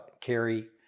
carry